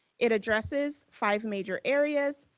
it addresses five major areas.